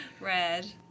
Red